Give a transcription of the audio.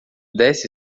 desce